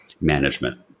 management